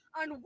on